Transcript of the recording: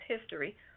history